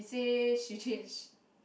he say she change